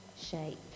shape